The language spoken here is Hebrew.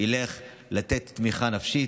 חלק גדול מזה ילך למתן תמיכה נפשית.